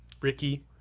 Ricky